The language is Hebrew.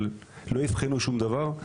אבל לא אבחנו שום דבר.